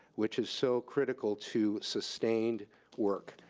which is so critical to sustained work,